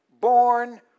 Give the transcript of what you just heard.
born